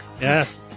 Yes